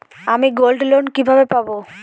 আমি গোল্ডলোন কিভাবে পাব?